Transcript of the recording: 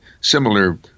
similar